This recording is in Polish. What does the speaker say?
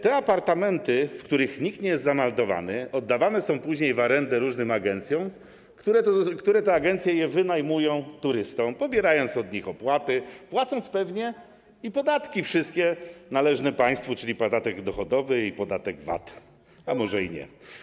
Te apartamenty, w których nikt nie jest zameldowany, oddawane są później w arendę różnym agencjom, które to agencje wynajmują je turystom, pobierając od nich opłaty, płacąc pewnie i wszystkie podatki należne państwu, czyli podatek dochodowy i podatek VAT - a może i nie.